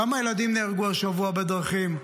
כמה ילדים נהרגו השבוע בדרכים?